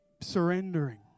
surrendering